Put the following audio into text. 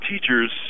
teachers